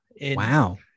Wow